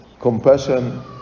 compassion